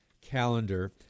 Calendar